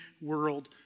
world